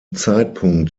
zeitpunkt